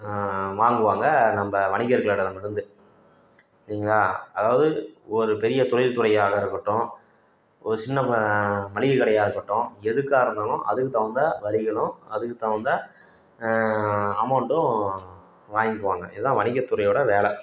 வாங்குவாங்க நம்ப வணிகர்களிடம் இருந்து சரிங்களா அதாவது ஒரு பெரிய தொழில் துறையாக இருக்கட்டும் ஒரு சின்ன வ மளிகை கடையாக இருக்கட்டும் எதுக்காக இருந்தாலும் அதுக்கு தகுந்த வரிகளும் அதுக்கு தகுந்த அமௌண்ட்டும் வாங்கிக்குவாங்க இதுதான் வணிகத்துறையோடய வேலை